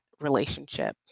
relationship